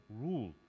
rule